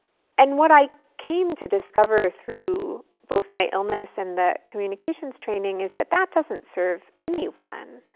and what i came to discover through both my illness and the communication's training is that that doesn't serve anyone.